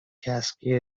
cascade